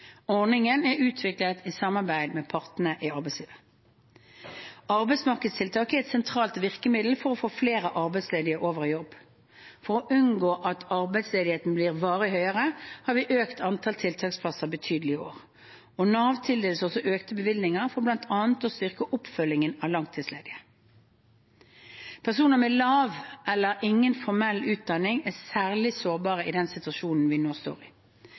Ordningen er utviklet i samarbeid med partene i arbeidslivet. Arbeidsmarkedstiltak er et sentralt virkemiddel for å få flere arbeidsledige over i jobb. For å unngå at arbeidsledigheten blir varig høyere, har vi økt antallet tiltaksplasser betydelig i år, og Nav tildeles også økte bevilgninger for bl.a. å styrke oppfølgingen av langtidsledige. Personer med lav eller ingen formell utdanning er særlig sårbare i den situasjonen vi nå står i.